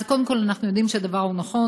אז קודם כול אנחנו יודעים שהדבר נכון,